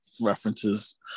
references